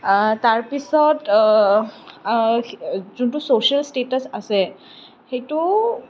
তাৰ পিছত যোনটো ছ'চিয়েল ষ্টেটাচ আছে সেইটো